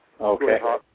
Okay